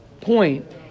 point